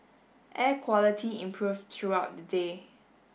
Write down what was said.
air quality improved throughout the day